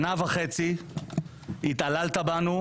שנה וחצי התעללת בנו,